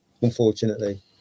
unfortunately